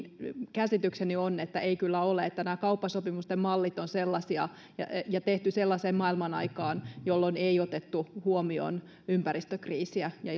käsitykseni on että ei kyllä ole ja että nämä kauppasopimusten mallit ovat sellaisia ja ja tehty sellaiseen maailmanaikaan jolloin ei vielä otettu huomioon ympäristökriisiä ja